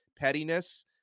pettiness